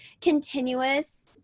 continuous